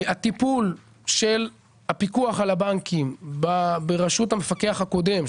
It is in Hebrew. הטיפול של הפיקוח על הבנקים ברשות המפקח הקודם,